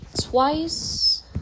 Twice